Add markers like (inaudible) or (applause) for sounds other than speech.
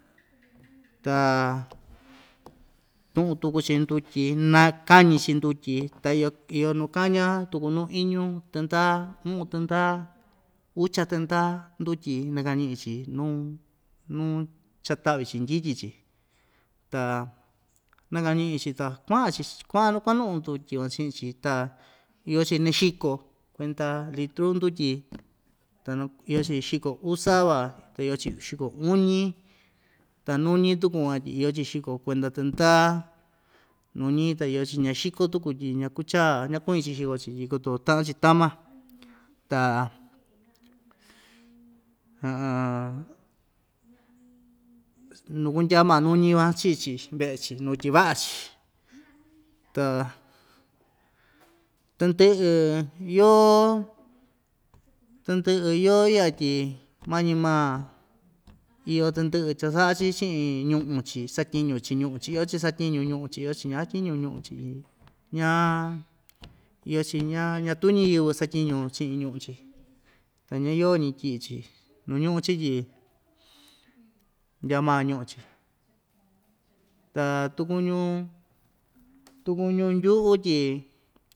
ta tu'un tuku‑chi ndutyi nakañi‑chi ndutyi ta iyo iyo nukaña tuku nu iñu tɨnda u'un tɨnda ucha tɨnda ndutyi nakañi'i‑chi nuu nuu chata'vi‑chi ndyityi‑chi ta nakañi'i‑chi ta kua'an‑chi kua'an kuanu'u ndutyi van chi'in‑chi ta iyo‑chi naxiko kuenta litru ndutyi ta iyo‑chi xiko uu sava ta iyo‑chi xiko uñi ta nuñi tuku van tyi iyo‑chi xiko kuenda tɨndaa nuñi ta iyo‑chi ñaxiko tuku tyi ñakucha ñakuñi‑chi xiko‑chi tyi koto ta'an‑chi tama ta (hesitation) nu kundya maa nuñi van chii‑chi ve'e‑chi nutyiva'a‑chi ta tɨndɨ'ɨ yoo tɨndɨ'ɨ yoo iya tyi mañi maa iyo tɨndɨ'ɨ cha‑sa'a‑chi chi'in ñu'u‑chi satyiñu‑chi ñu'u‑chi iyo‑chi satyiñu ñu'u‑chi iyo‑chi ñasatyiñu ñu'u‑chi tyi ña iyo‑chi ña ñatu ñiyɨvɨ satyiñu chi'in ñu'u‑chi ta ñayoo‑ñi tyi'i‑chi nu ñu'u‑chi tyi ndya maa ñu'u‑chi ta tukuñu tukuñu ndyu'u tyi.